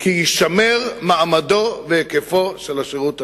כי יישמר מעמדו והיקפו של השירות הלאומי.